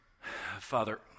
Father